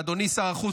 אדוני שר החוץ,